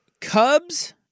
Cubs